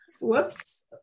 Whoops